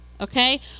okay